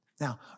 Now